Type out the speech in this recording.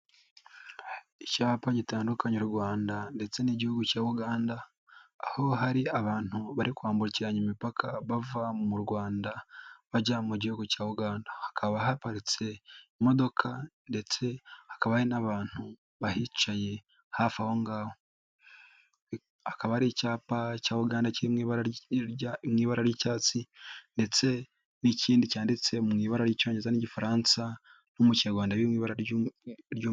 Icyapa gitandukanye u Rwanda ndetse n'igihugu cya Uganda, aho hari abantu bari kwambukiranya imipaka bava mu Rwanda bajya mu gihugu cya Uganda. Hakaba haparitse imodoka ndetse hakaba hari n'abantu bahicaye hafi aho ngaho. Hakaba hari icyapa cya Uganda kiri mu ibara ry'icyatsi ndetse n'ikindi cyanditse mu ibara ry'icyongereza n'igifaransa no mu kinyarwanda riri mu ibara ry...